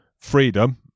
freedom